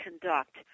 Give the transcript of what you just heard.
conduct